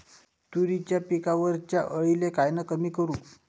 तुरीच्या पिकावरच्या अळीले कायनं कमी करू?